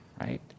right